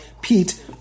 Pete